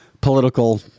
political